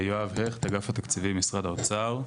יואב הכט, אגף התקציבים, משרד האוצר.